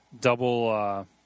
Double